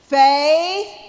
faith